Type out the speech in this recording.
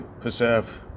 preserve